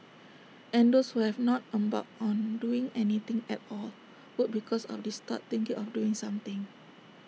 and those who have not embarked on doing anything at all would because of this start thinking of doing something